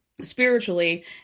spiritually